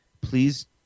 please